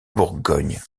bourgogne